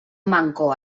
manco